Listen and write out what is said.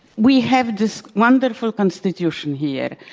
we have this wonderful constitution here.